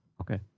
okay